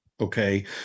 Okay